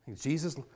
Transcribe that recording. Jesus